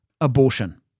abortion